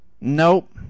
nope